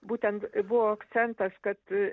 būtent buvo akcentas kad